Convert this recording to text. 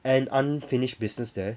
and unfinished business there